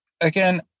again